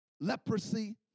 leprosy